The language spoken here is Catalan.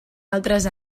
altres